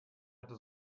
hatte